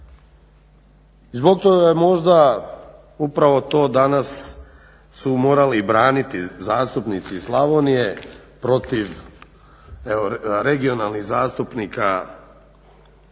I zbog toga je možda upravo to dana su morali i braniti zastupnici iz Slavonije protiv regionalnih zastupnika.